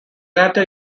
latter